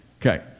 Okay